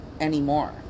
anymore